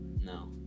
No